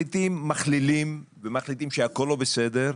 מכלילים ומחליטים שהכול לא בסדר,